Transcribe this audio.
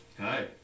Hi